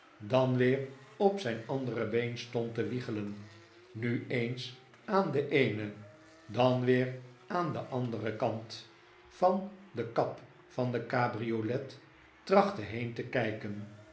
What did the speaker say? dan weer op zijn andere been stond te wiegelen nu eens aan den eenen dan weer aan den anderen kant van den kap van de cabriolet trachtte he'en te kijken